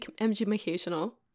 educational